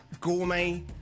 gourmet